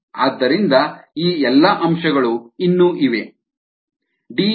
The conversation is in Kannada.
ಆದ್ದರಿಂದ ಈ ಎಲ್ಲಾ ಅಂಶಗಳು ಇನ್ನೂ ಇವೆ